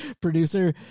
producer